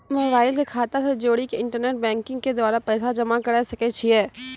Mobile के खाता से जोड़ी के इंटरनेट बैंकिंग के द्वारा पैसा जमा करे सकय छियै?